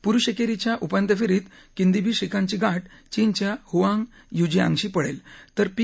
पुरुष एकेरीच्या उपान्त्य फेरीत किंदीबी श्रीकांतची गाठ चीनच्या ह्आंग युझिआंगशी पडेल तर पी